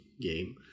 game